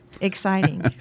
exciting